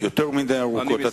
יותר מדי ארוכות.